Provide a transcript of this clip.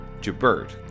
Jabert